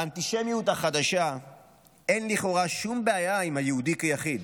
לאנטישמיות החדשה אין לכאורה שום בעיה עם היהודי כיחיד,